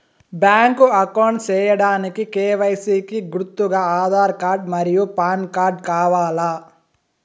Bank account సేయడానికి KYC కి గుర్తుగా ఆధార్ కార్డ్ మరియు పాన్ కార్డ్ కావాలా?